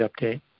Update